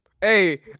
Hey